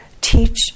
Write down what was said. teach